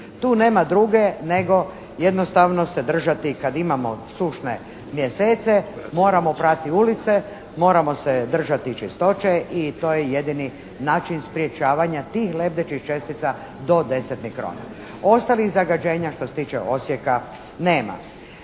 Tu nema druge nego jednostavno se držati kad imamo sušne mjesece moramo prati ulice, moramo se držati čistoće i to je jedini način sprječavanja tih lebdećih čestica do 10 mikrona. Ostalih zagađenja što se tiče Osijeka nema.